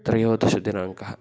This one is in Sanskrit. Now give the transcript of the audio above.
त्रयोदशदिनाङ्कः